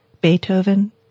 Beethoven